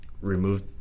remove